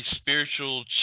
spiritual